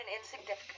insignificant